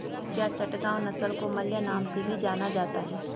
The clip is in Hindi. क्या चटगांव नस्ल को मलय नाम से भी जाना जाता है?